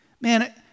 Man